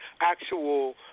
actual